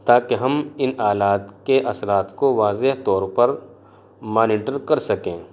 تاکہ ہم ان آلات کے اثرات کو واضح طور پر مانیٹر کر سکیں